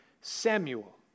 Samuel